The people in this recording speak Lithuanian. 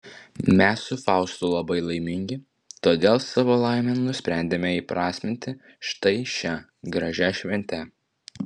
mes su faustu labai laimingi todėl savo laimę nusprendėme įprasminti štai šia gražia švente